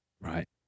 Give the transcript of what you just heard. Right